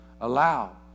allow